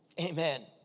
Amen